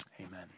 Amen